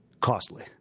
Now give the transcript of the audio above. costly